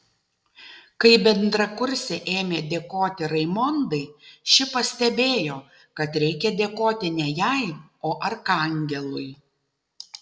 kai bendrakursė ėmė dėkoti raimondai ši pastebėjo kad reikia dėkoti ne jai o arkangelui